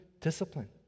discipline